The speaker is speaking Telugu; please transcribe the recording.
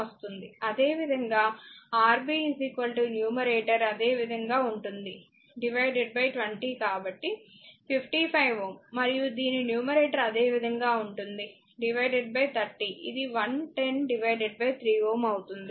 అదేవిధంగా Rb న్యూమరేటర్ అదేవిధంగా ఉంటుంది 20 కాబట్టి 55 Ω మరియు దీని న్యూమరేటర్ అదేవిధంగా ఉంటుంది 30 ఇది 1103 Ω అవుతుంది